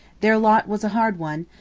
their lot was a hard one,